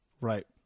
Right